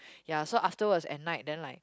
ya so afterwards at night then like